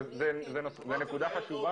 שזו נקודה חשובה,